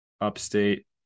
Upstate